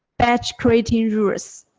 batch creating rules.